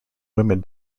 women